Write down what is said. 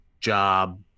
job